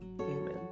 Amen